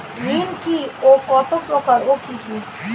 ঋণ কি ও কত প্রকার ও কি কি?